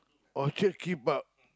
okay keep up